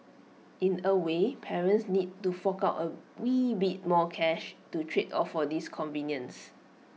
in A way parents need to fork out A wee bit more cash to trade off for this convenience